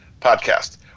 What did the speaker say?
Podcast